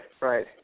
right